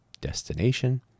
destination